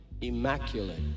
immaculate